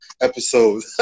episode